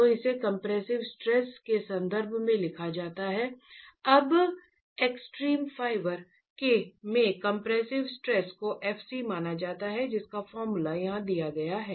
तो इसे compressive stress के संदर्भ में लिखा जाता है अब एक्सट्रीम फाइबर में कंप्रेसिव स्ट्रेस को f c माना जाता है